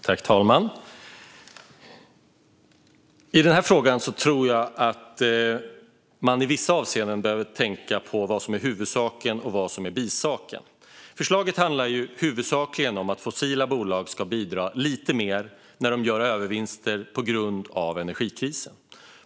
Herr talman! I den här frågan tror jag att man i vissa avseenden behöver tänka på vad som är huvudsaken och vad som är bisaken. Förslaget handlar huvudsakligen om att fossila bolag ska bidra lite mer när de gör övervinster på grund av energikrisen.